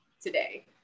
today